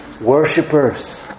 worshippers